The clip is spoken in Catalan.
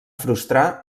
frustrar